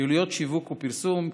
פעילויות שיווק ופרסום,